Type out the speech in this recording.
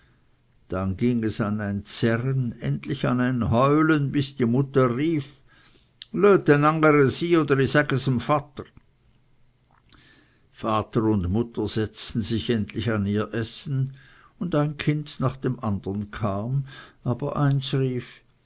dann ging es an ein zerren endlich an ein heulen bis die mutter rief löt e n angere sy oder i säge's em vatter vater und mutter setzten sich endlich an ihr essen und ein kind nach dem andern kam aber eins rief